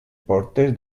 portes